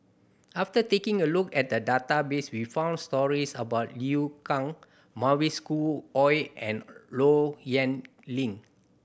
after taking a look at the database we found stories about Liu Kang Mavis Khoo Oei and Low Yen Ling